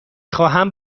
خواهم